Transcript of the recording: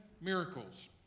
miracles